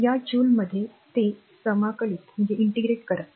या जूल मध्ये हे समाकलित करा